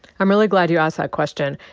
i'm really glad you asked that question.